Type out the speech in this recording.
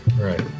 right